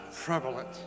prevalent